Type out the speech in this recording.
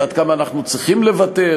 ועד כמה אנחנו צריכים לוותר,